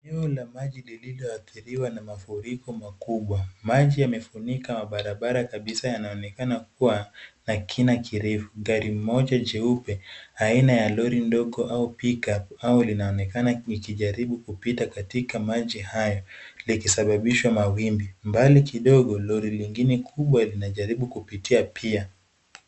Eneo la maji lilioathiriwa na mafuriko makubwa. Maji yamefunika mabarabara kabisa yanaonekana kuwa na kina kirefu. Gari moja jeupe aina ya lori ndogo au pickup au linaonekana likijaribu kupita katika maji hayo likisababisha mawimbi. Mbali kidogo lori lingine kubwa linajaribu kupitia pia.